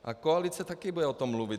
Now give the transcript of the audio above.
A koalice taky bude o tom mluvit.